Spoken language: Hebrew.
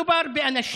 מדובר באנשים,